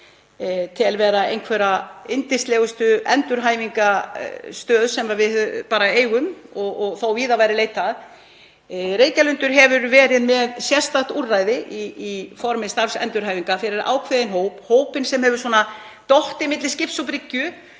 tel vera einhverja yndislegustu endurhæfingarstöð sem við eigum og þótt víðar væri leitað. Reykjalundur hefur verið með sérstakt úrræði í formi starfsendurhæfingar fyrir ákveðinn hóp, hópinn sem hefur fallið milli skips og bryggju,